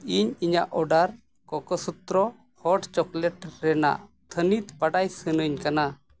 ᱤᱧ ᱤᱧᱟᱜ ᱚᱰᱟᱨ ᱠᱚᱠᱚᱥᱩᱛᱨᱚ ᱦᱚᱴ ᱪᱚᱠᱞᱮᱴ ᱨᱮᱱᱟᱜ ᱛᱷᱟᱹᱱᱤᱛ ᱵᱟᱰᱟᱭ ᱥᱟᱱᱟᱹᱧ ᱠᱟᱱᱟ